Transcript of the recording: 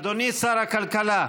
אדוני שר הכלכלה,